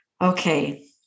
okay